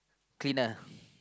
cleaner